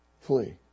Flee